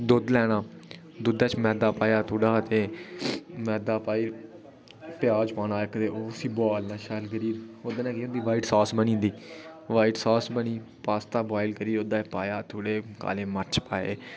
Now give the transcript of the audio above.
दुद्ध लैना दुद्धै च पाया थोह्ड़ा ते मैदा पाई प्याज पाना इक्क ते उसी बोआलना शैल करियै ओह्दे केह् होंदी वाईट सॉस बनी जंदी वाईट सॉस बनी पास्ता बॉईल करियै ओह्दे च पाया काले मर्च पाये